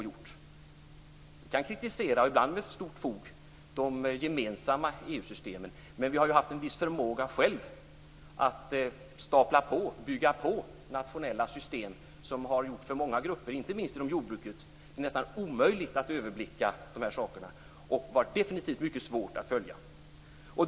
Vi kan kritisera, ibland med stort fog, de gemensamma EU-systemen, men vi har ju haft en viss förmåga att själva bygga på nationella system som för många grupper, inte minst inom jordbruket, har gjort det nästan omöjligt att överblicka reglerna. De har definitivt varit mycket svåra att följa.